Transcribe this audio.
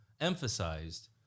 Emphasized